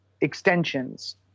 extensions